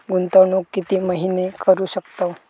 गुंतवणूक किती महिने करू शकतव?